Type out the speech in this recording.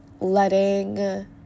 letting